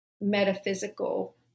metaphysical